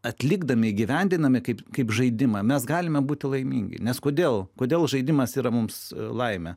atlikdami įgyvendinami kaip kaip žaidimą mes galime būti laimingi nes kodėl kodėl žaidimas yra mums laimė